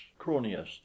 cronius